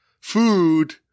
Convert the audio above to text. food